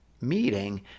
meeting